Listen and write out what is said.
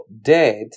dead